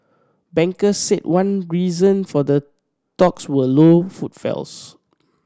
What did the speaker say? bankers said one reason for the talks were low footfalls